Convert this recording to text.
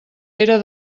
era